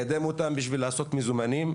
מקדם אותם בשביל לעשות מזומנים.